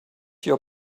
your